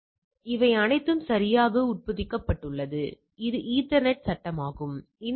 எனவே இதை இருமுனை வால் சோதனைக்கும் ஒருமுனை சோதனைக்கும் பயன்படுத்துகிறோம் வெளிப்படையாக சரிதானே